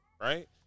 right